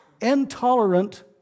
intolerant